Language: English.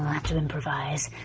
i'll have to improvise.